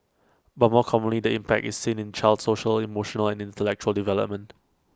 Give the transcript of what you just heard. but more commonly the impact is seen in the child's social emotional and intellectual development